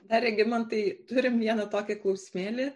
dar regimantai turim vieną tokį klausimėlį